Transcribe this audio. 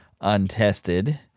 untested